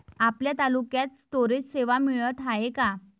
आपल्या तालुक्यात स्टोरेज सेवा मिळत हाये का?